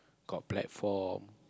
got platform